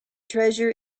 treasure